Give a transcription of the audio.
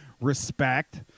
respect